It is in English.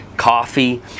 coffee